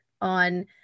on